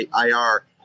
IR